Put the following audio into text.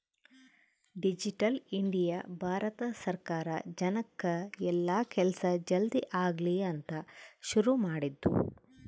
digital India Bharat ಸರ್ಕಾರ ಜನಕ್ ಎಲ್ಲ ಕೆಲ್ಸ ಜಲ್ದೀ ಆಗಲಿ ಅಂತ ಶುರು ಮಾಡಿದ್ದು